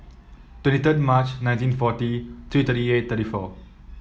twenty third March nineteen forty three three eight three four